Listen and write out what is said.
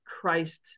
Christ